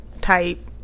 type